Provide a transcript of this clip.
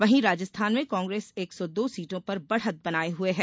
वहीं राजस्थान में कांग्रेस एक सौ दो सीटों पर बढ़त बनाये हुए है